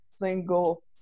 single